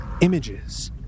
images